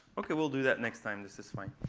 ok, we'll do that next time. this is fine.